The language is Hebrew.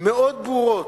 מאוד ברורות,